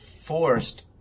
forced